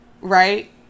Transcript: right